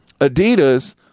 Adidas